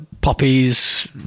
poppies